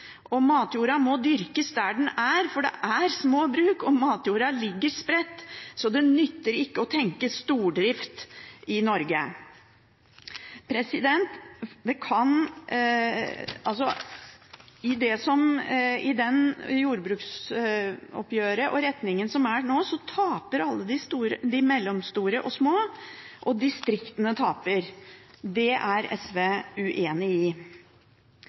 Matjorda må dyrkes der den er, for det er små bruk, og matjorda ligger spredt. Så det nytter ikke å tenke stordrift i Norge. Med den innretningen på jordbruksoppgjøret som er nå, taper alle de mellomstore og små, og distriktene taper. Den er SV uenig i.